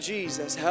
Jesus